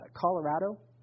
Colorado